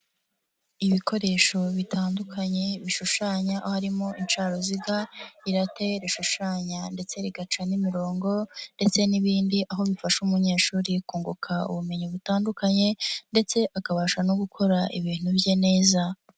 Ibikoresho bitandukanye bishushanya harimo incaruziga, irate rishushanya ndetse rigaca n'imirongo, ndetse n'ibindi aho bifasha umunyeshuri kunguka ubumenyi butandukanye ndetse akabasha no gukora ibintu bye neza.